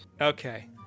Okay